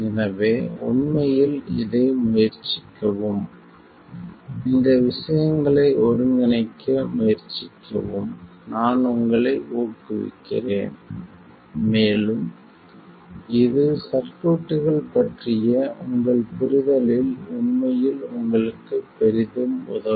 எனவே உண்மையில் இதை முயற்சிக்கவும் இந்த விஷயங்களை ஒருங்கிணைக்க முயற்சிக்கவும் நான் உங்களை ஊக்குவிக்கிறேன் மேலும் இது சர்க்யூட்கள் பற்றிய உங்கள் புரிதலில் உண்மையில் உங்களுக்கு பெரிதும் உதவும்